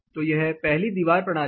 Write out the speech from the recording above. तो यह पहली दीवार प्रणाली है